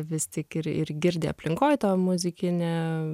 vis tik ir ir girdi aplinkoj tą muzikinę